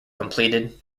completed